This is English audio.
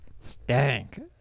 stank